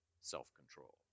self-control